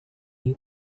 new